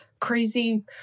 crazy